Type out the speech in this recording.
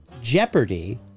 Jeopardy